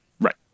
right